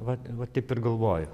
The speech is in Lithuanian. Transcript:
vat vat taip ir galvoju